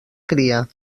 cria